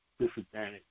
disadvantage